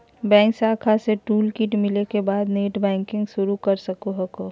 bank शाखा से toolkit मिले के बाद नेटबैंकिंग शुरू कर सको हखो